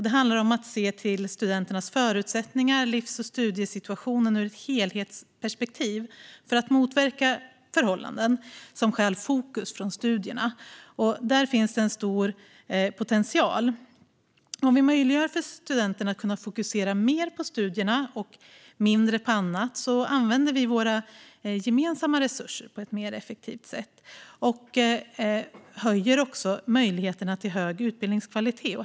Det handlar om att ha ett helhetsperspektiv på studenternas förutsättningar och livs och studiesituation för att motverka förhållanden som stjäl fokus från studierna. Där finns stor potential. Om vi möjliggör för studenterna att fokusera mer på studierna och mindre på annat använder vi våra gemensamma resurser på ett mer effektivt sätt och ökar möjligheterna för hög utbildningskvalitet.